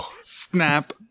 Snap